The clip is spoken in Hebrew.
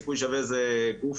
סיכוי שווה זה גוף,